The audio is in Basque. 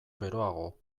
beroago